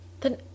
Then